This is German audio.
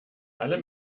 alle